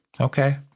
okay